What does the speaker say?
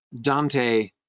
Dante